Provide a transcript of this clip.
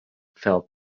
felt